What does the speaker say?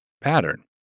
pattern